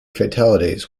fatalities